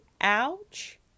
ouch